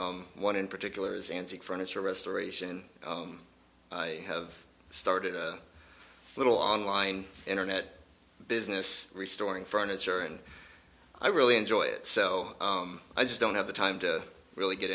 one in particular is antique furniture restoration and i have started a little online internet business restoring furniture and i really enjoy it so i just don't have the time to really get